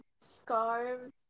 scarves